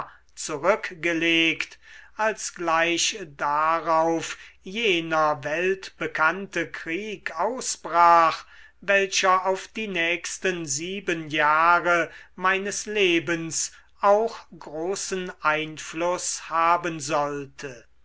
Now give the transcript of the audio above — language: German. zurückgelegt als gleich darauf jener weltbekannte krieg ausbrach welcher auf die nächsten sieben jahre meines lebens auch großen einfluß haben sollte